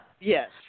Yes